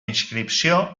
inscripció